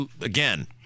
again